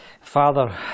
Father